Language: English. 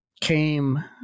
came